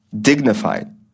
dignified